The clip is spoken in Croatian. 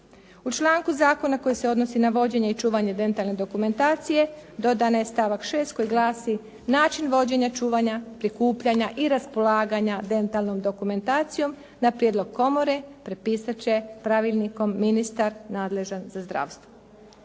U članku zakona koji se odnosi na vođenje i čuvanje dentalne dokumentacije dodan je stavak 6. koji glasi: “Način vođenja, čuvanja, prikupljanja i raspolaganja dentalnom dokumentacijom na prijedlog komore propisat će pravilnikom ministar nadležan za zdravstvo.“